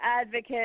advocate